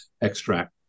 extract